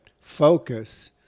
focus